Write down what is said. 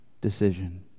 decision